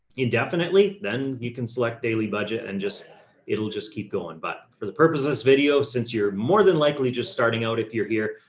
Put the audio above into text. indefinitely, then you can select daily budget and just it'll just keep going. but for the purpose of this video, since you're more than likely just starting out, if you're here,